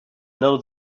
know